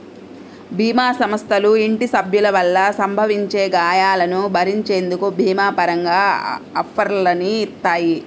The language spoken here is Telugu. భీమా సంస్థలు ఇంటి సభ్యుల వల్ల సంభవించే గాయాలను భరించేందుకు భీమా పరంగా ఆఫర్లని ఇత్తాయి